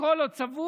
לקרוא לו צבוע?